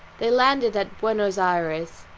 they landed at buenos ayres.